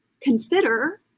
consider